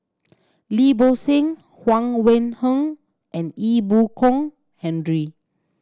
Lim Bo Seng Huang Wenhong and Ee Boon Kong Henry